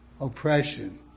oppression